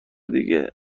دیگه